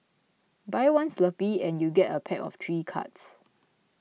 buy one Slurpee and you get a pack of three cards